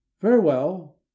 farewell